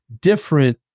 different